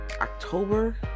October